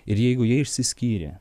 ir jeigu jie išsiskyrė